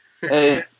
Hey